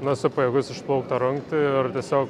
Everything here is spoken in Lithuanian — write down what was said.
na esu pajėgus išplaukt tą rungtį ir tiesiog